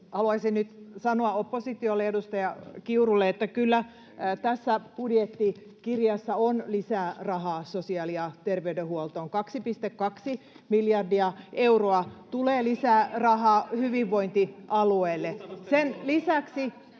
Haluaisin nyt sanoa oppositiolle ja edustaja Kiurulle, että kyllä tässä budjettikirjassa on lisää rahaa sosiaali- ja terveydenhuoltoon: 2,2 miljardia euroa tulee lisää rahaa hyvinvointialueille.